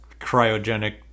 cryogenic